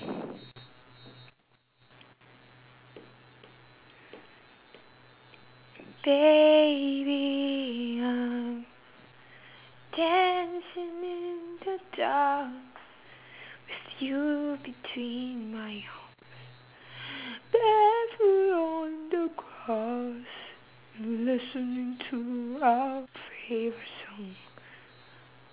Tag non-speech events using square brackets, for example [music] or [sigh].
baby I'm dancing in the dark with you between my arms [breath] barefoot on the grass we're listening to our favourite song